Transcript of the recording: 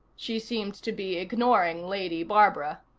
she seemed to be ignoring lady barbara.